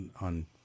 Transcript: on